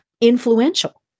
influential